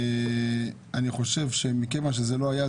אני חושב שמכיוון שזה לא היה,